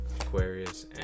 Aquarius